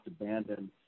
abandoned